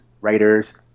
writers